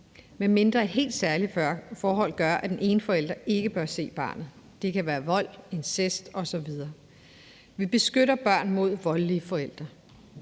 medmindre helt særlige forhold gør, at den ene forælder ikke bør se barnet. Det kan være vold, incest osv. Vi beskytter børn mod voldelige forældre.